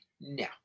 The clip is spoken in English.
No